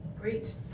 Great